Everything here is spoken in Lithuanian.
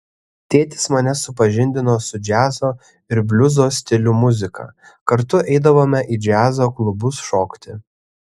tėtis mane supažindino su džiazo ir bliuzo stilių muzika kartu eidavome į džiazo klubus šokti